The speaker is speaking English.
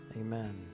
amen